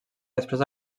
després